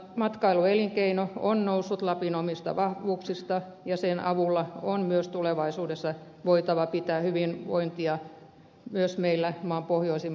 matkailuelinkeino on noussut lapin omista vahvuuksista ja sen avulla on myös tulevaisuudessa voitava pitää hyvinvointia yllä myös meillä maan pohjoisimmassa maakunnassa